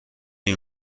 این